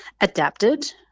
adapted